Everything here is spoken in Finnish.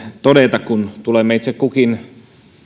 todeta kun tulemme itse kukin